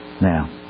Now